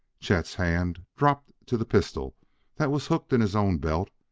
chet's hand dropped to the pistol that was hooked in his own belt,